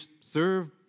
serve